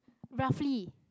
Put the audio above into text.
roughly